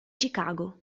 chicago